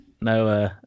no